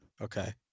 Okay